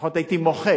לפחות הייתי מוחה,